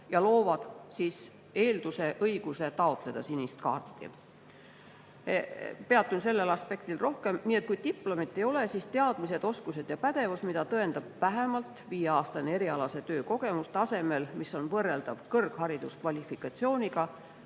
ja loovad õiguse taotleda sinist kaarti. Peatun sellel aspektil [pikemalt]. Kui diplomit ei ole, siis teadmised, oskused ja pädevus, mida tõendab vähemalt viieaastane erialase töö kogemus tasemel, mis on võrreldav kõrghariduskvalifikatsiooniga,